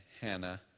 Hannah